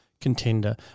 contender